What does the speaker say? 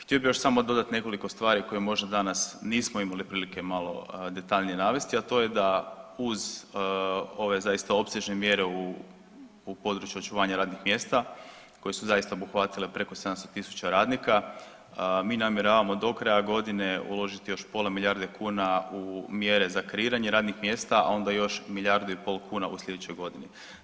Htio bih još samo dodati nekoliko stvari koje možda danas nismo imali prilike malo detaljnije navesti, a to je da uz ove zaista opsežne mjere u području očuvanja radnih mjesta koje su zaista obuhvatile preko 700 tisuća radnika, mi namjeravamo do kraja godine uložiti još pola milijarde kuna u mjere za kreiranje radnih mjesta, a onda još milijardu i pol kuna u sljedećoj godini.